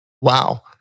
wow